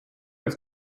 have